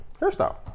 Hairstyle